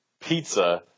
pizza